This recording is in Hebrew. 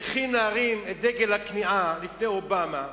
צריכים להרים את דגל הכניעה לפני אובמה